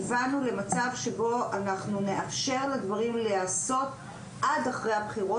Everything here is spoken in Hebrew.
כיוונו למצב שבו אנחנו נאפשר לדברים להיעשות עד אחרי הבחירות,